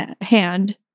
hand